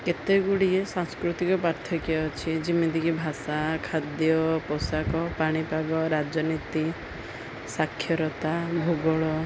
କେତେ ଗୁଡ଼ିଏ ସାଂସ୍କୃତିକ ପାର୍ଥକ୍ୟ ଅଛି ଯେମିତିକି ଭାଷା ଖାଦ୍ୟ ପୋଷାକ ପାଣିପାଗ ରାଜନୀତି ସାକ୍ଷରତା ଭୂଗୋଳ